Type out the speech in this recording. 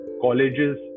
colleges